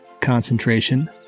concentration